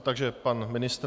Takže pan ministr.